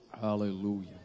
Hallelujah